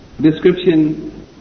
description